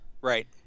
Right